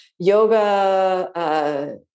yoga